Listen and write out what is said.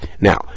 Now